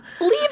Leave